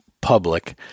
public